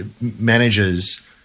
managers –